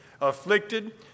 afflicted